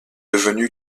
devenu